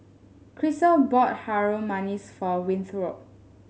Christal bought Harum Manis for Winthrop